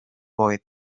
boy